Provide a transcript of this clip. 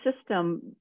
system